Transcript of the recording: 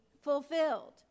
fulfilled